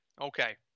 Okay